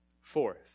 Fourth